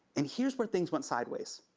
and here's where things went sideways.